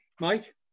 Mike